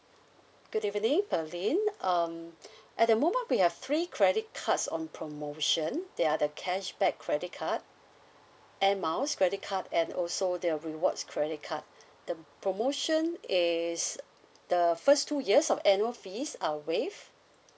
good evening pearlyn um at the moment we have three credit cards on promotion they are the cashback credit card air miles credit card and also the rewards credit card the promotion is the first two years of annual fees are waived